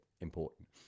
important